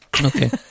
Okay